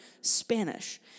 Spanish